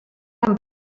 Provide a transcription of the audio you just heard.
amb